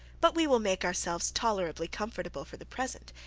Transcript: but we will make ourselves tolerably comfortable for the present,